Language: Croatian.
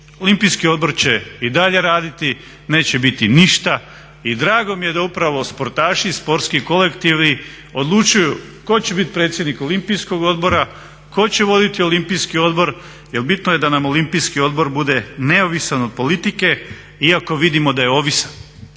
Olimpijski odbor će i dalje raditi, neće biti ništa i drago mi je da upravo sportaši i sportski kolektivi odlučuju tko će biti predsjednik Olimpijskog odbora, tko će voditi Olimpijski odbor. Jer bitno je da nam Olimpijski odbor bude neovisan od politike, iako vidimo da je ovisan.